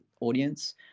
audience